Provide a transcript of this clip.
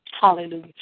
Hallelujah